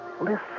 Listen